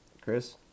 Chris